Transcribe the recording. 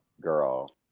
Girl